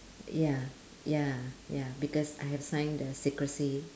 ya ya ya because I have sign the secrecy